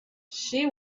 she